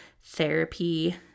therapy